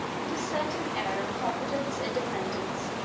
and a certain air of confidence, independence,